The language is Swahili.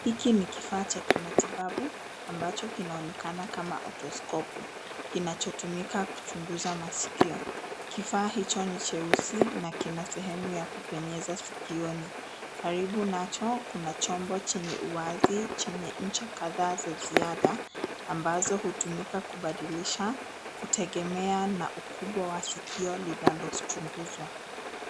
Hiki ni kifaa cha kimatibabu ambacho kinaonekana kama otoskopu kinachotumika kuchunguza maskio. Kifaa hicho ni cheusi na kina sehemu ya kupenyeza sikioni. Karibu nacho kuna chombo chenye uwazi chenye ncha kadhaa za ziada, ambazo hutumika kubadilisha kutegemea na ukubwa wa sikio linalo chunguzwa.